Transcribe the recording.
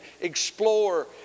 explore